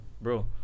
bro